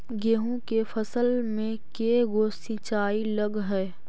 गेहूं के फसल मे के गो सिंचाई लग हय?